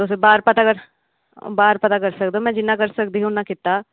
तुस बाहर पता करी सकदे हो जिन्ना में करी सकदी इन्ना में कीता